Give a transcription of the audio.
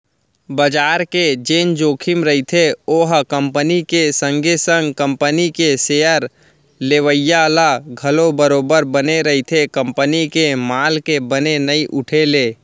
बजार के जेन जोखिम रहिथे ओहा कंपनी के संगे संग कंपनी के सेयर लेवइया ल घलौ बरोबर बने रहिथे कंपनी के माल के बने नइ उठे ले